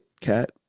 cat